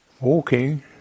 Walking